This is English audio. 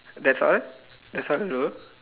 that's all right that's all to do